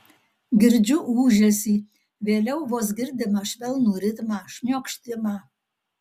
girdžiu ūžesį vėliau vos girdimą švelnų ritmą šniokštimą